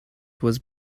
was